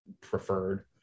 preferred